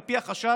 על פי החשד,